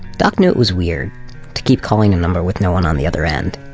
doc knew it was weird to keep calling a number with no one on the other end,